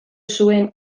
zuen